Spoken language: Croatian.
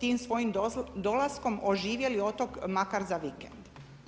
tim svojim dolaskom oživjeli otok, makar za vikend.